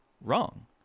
wrong